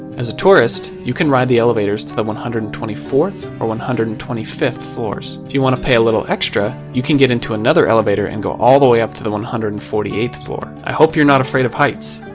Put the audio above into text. as a tourist, you can ride the elevators to the one hundred and twenty fourth or one hundred and twenty fifth floors. if you wanna pay a little extra, you can get into another elevator and go all the up to the one hundred and forty eighth floor, i hope you're not afraid of heights.